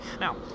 Now